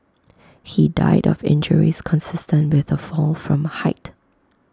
he died of injuries consistent with A fall from height